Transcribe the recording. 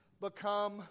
become